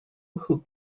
who